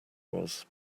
was